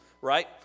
right